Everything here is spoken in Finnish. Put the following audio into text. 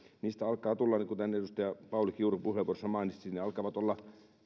ja kuten edustaja pauli kiuru puheenvuorossaan mainitsi ne alkavat